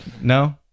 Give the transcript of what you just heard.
No